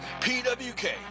PWK